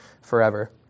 forever